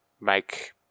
make